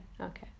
Okay